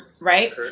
right